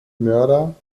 mörder